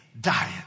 diet